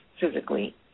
physically